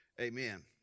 amen